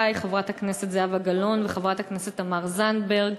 חברת הכנסת זהבה גלאון וחברת הכנסת תמר זנדברג.